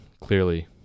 clearly